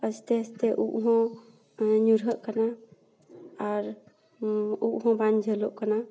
ᱟᱥᱛᱮ ᱟᱥᱛᱮ ᱩᱯ ᱦᱚᱸ ᱧᱩᱨᱦᱟᱹᱜ ᱠᱟᱱᱟ ᱟᱨ ᱩᱯ ᱦᱚᱸ ᱵᱟᱝ ᱡᱷᱟᱹᱞᱟᱜ ᱠᱟᱱᱟ